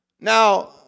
Now